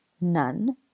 None